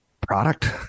Product